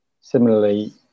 similarly